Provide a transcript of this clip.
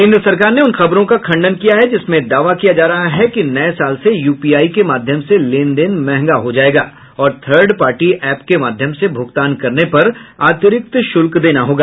केंद्र सरकार ने उन खबरों का खंडन किया है जिसमें दावा किया जा रहा है कि नये साल से यूपीआई के माध्यम से लेनदेन महंगा हो जायेगा और थर्ड पार्टी एप के माध्यम से भूगतान करने पर अतिरिक्त शुल्क देना होगा